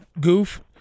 goof